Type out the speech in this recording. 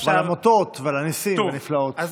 ועל האותות ועל הניסים והנפלאות.